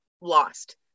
lost